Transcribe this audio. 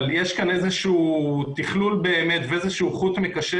אבל יש כאן איזשהו תכלול ואיזשהו חוט מקשר